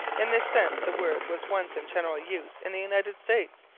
in this sense the word was once in general use in the united states,